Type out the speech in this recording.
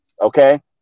Okay